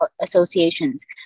associations